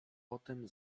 potem